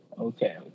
okay